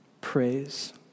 praise